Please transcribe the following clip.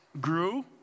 grew